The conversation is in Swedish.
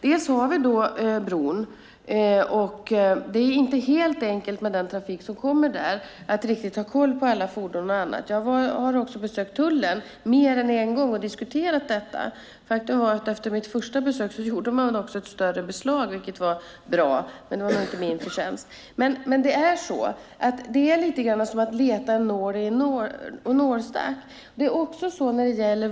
Vi har bron, och med den trafik som kommer där är det inte helt enkelt att ha koll på alla fordon. Jag har besökt tullen mer än en gång och diskuterat detta. Faktum är att man efter mitt första besök gjorde ett större beslag, vilket var bra - men det var nog inte min förtjänst. Det är lite grann som att leta efter en nål i en höstack.